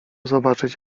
zobaczyć